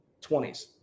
20s